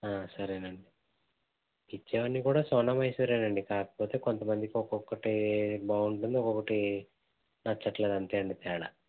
సరేనండి ఇచ్చేవన్నీ కూడా సోనామైసూరే నండి కాకపోతే కొంతమందికి ఒక్కొక్కటీ బాగుంటుంది ఒకొకటి నచ్చట్లేదు అంతే అండి తేడా